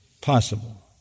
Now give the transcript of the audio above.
possible